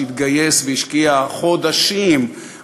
שהתגייס והשקיע חודשים,